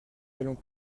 allons